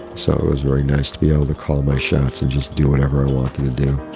so it was very nice to be able to call my shots and just do whatever i wanted to do.